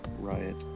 riot